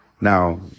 Now